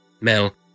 Mel